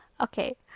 okay